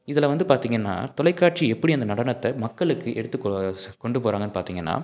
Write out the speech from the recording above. இதில் வந்து பார்த்தீங்கன்னா தொலைக்காட்சி எப்படி அந்த நடனத்தை மக்களுக்கு எடுத்து கொ சொ கொண்டு போகிறாங்கன்னு பார்த்தீங்கன்னா